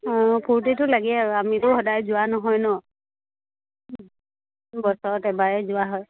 অঁ ফুৰ্তিটো লাগে আৰু আমিতো সদায় যোৱা নহয় নহ্ বছৰত এবাৰেই যোৱা হয়